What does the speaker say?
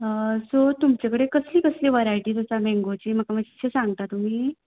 so तुमचे कडेन कसली कसली वरायटीज आसा मँगोची म्हाका माश्शें सांगता तुमी